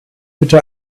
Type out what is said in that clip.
bitte